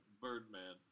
Birdman